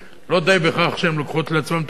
לא די שהן לוקחות על עצמן את התפקיד,